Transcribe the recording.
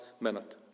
minute